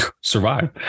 survive